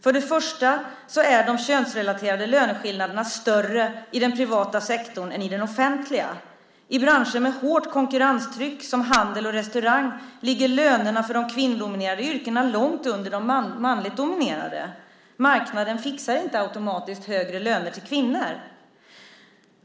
För det första är de könsrelaterade löneskillnaderna större i den privata sektorn än i den offentliga. I branscher med hårt konkurrenstryck, som handel och restaurang, ligger lönerna för de kvinnodominerade yrkena långt under de manligt dominerade. Marknaden fixar inte automatiskt högre löner till kvinnor.